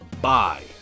bye